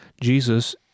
Jesus